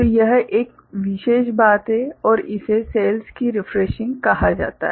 तो यह एक विशेष बात है और इसे सेल्स की रिफ्रेशिंग कहा जाता है